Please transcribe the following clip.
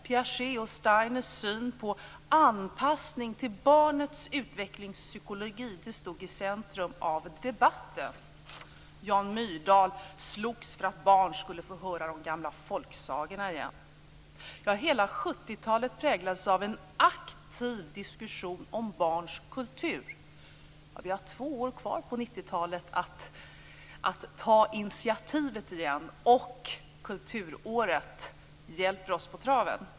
Piagets och Steiners syn på anpassning till barnets utvecklingspsykologi stod i centrum av debatten. Jan Myrdal slogs för att barn skulle få höra de gamla folksagorna igen. Hela 70-talet präglades av en aktiv diskussion om barns kultur. Vi har två år kvar på 90-talet att ta initiativet igen, och kulturåret hjälper oss på traven.